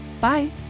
Bye